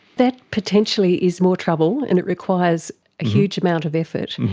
that potentially is more trouble and it requires a huge amount of effort.